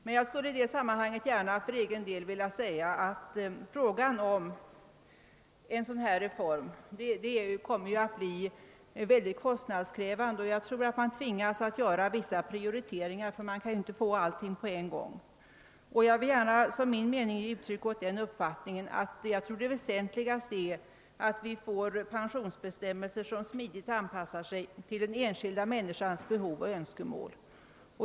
En sådan reform kommer naturligtvis att bli mycket kostnadskrävande, och jag tror att vi kommer att tvingas att göra vissa prioriteringar — vi kan inte få allt på en gång. Det lämpligaste är nog då att få pensionsbestämmelser som smidigt anpassar sig till den enskilda människans behov och önskemål.